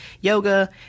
yoga